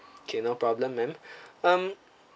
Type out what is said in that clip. okay no problem ma'am um